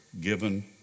given